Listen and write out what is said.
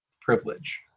privilege